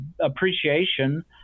appreciation